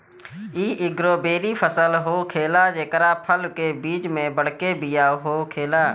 इ एगो बेरी फल होखेला जेकरा फल के बीच में बड़के बिया होखेला